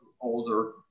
older